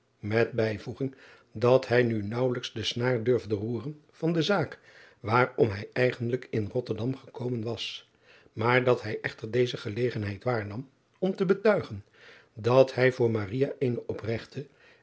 met bijvoeging dat hij nu naauwelijks de snaar durfde roeren van de zaak waarom hij eigenlijk in otterdam gekomen was maar dat hij echter deze gelegenheid waarnam om te betuigen dat hij voor eene opregte